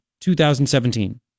2017